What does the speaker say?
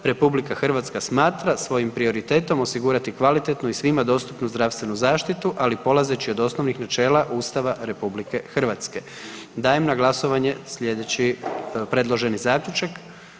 2. RH smatra svojim prioritetom osigurati kvalitetnu i svima dostupnu zdravstvenu zaštitu, ali polazeći od osnovnih načela Ustava RH.“ Dajem na glasovanje predloženi zaključak.